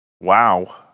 Wow